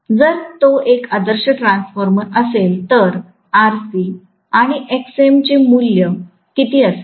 जर तो एक आदर्श ट्रान्सफॉर्मर असेल तर Rc आणि Xm चे मूल्य किती असेल